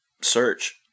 search